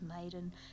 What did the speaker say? maiden